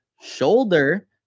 shoulder